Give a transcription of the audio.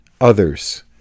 others